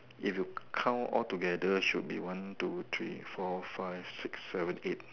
if you count altogether should be one two three four five six seven eight